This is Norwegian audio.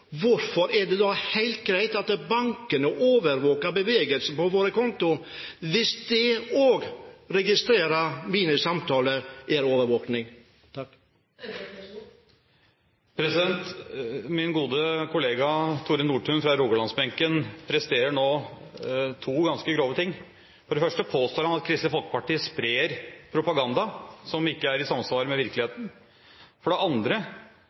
Hvorfor er det da helt greit at bankene overvåker bevegelser på våre konti, hvis det å registrere våre samtaler er overvåkning? Min gode kollega Tore Nordtun fra rogalandsbenken presterer nå to ganske grove ting. For det første påstår han at Kristelig Folkeparti sprer propaganda som ikke er i samsvar med virkeligheten. For det andre